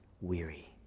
weary